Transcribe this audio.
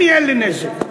אין לי נשק.